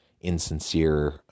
insincere